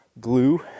glue